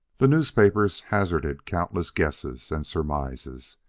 the newspapers hazarded countless guesses and surmises,